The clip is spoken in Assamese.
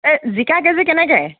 এই জিকা কেজি কেনেকৈ